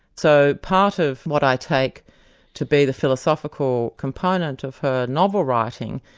so part of what i take to be the philosophical component of her novel-writing,